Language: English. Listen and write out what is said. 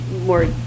more